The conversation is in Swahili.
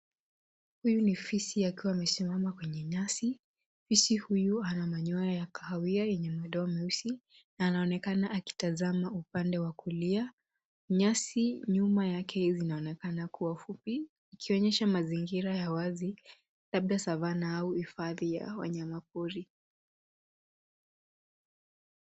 Huyu ni fisi akiwa amesimama kwenye nyasi. Fisi huyu ana manyoya ya kahawia na madoa meusi na anaonekana akitazama upande wa kulia. Nyasi nyuma yake inaonekana kuwa fupi ikionyesha mazingira ya wazi labda savana au hifadhi ya wanyama pori.